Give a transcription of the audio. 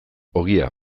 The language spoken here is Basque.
ogia